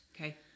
Okay